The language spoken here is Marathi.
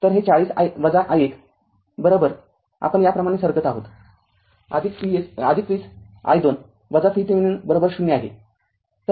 तर हे ४० i१ आपण याप्रमाणे सरकत आहोत २० i२ VThevenin ० आहे